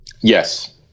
Yes